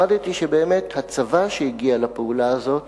למדתי כי יחידות הצבא שהגיעו לפעולה הזאת